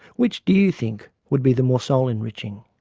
which do you think would be the more soul enriching?